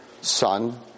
son